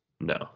no